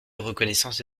reconnaissance